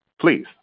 Please